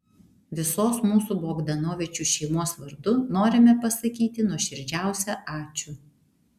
visos mūsų bogdanovičių šeimos vardu norime pasakyti nuoširdžiausią ačiū